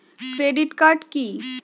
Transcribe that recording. Credit card কি?